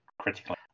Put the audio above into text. critically